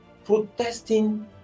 protesting